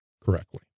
correctly